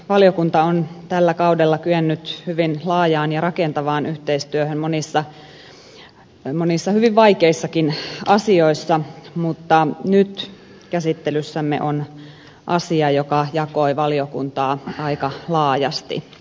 ympäristövaliokunta on tällä kaudella kyennyt hyvin laajaan ja rakentavaan yhteistyöhön monissa hyvin vaikeissakin asioissa mutta nyt käsittelyssämme on asia joka jakoi valiokuntaa aika laajasti